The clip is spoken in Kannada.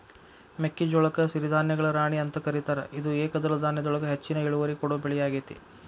ಮೆಕ್ಕಿಜೋಳಕ್ಕ ಸಿರಿಧಾನ್ಯಗಳ ರಾಣಿ ಅಂತ ಕರೇತಾರ, ಇದು ಏಕದಳ ಧಾನ್ಯದೊಳಗ ಹೆಚ್ಚಿನ ಇಳುವರಿ ಕೊಡೋ ಬೆಳಿಯಾಗೇತಿ